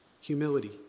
Humility